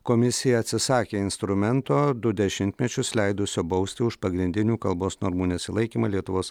komisija atsisakė instrumento du dešimtmečius leidusio bausti už pagrindinių kalbos normų nesilaikymą lietuvos